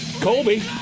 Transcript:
Colby